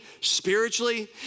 spiritually